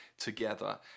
Together